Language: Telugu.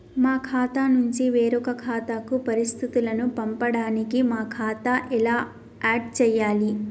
మా ఖాతా నుంచి వేరొక ఖాతాకు పరిస్థితులను పంపడానికి మా ఖాతా ఎలా ఆడ్ చేయాలి?